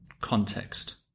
context